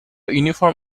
uniform